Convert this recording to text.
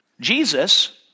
Jesus